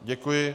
Děkuji.